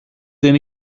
δεν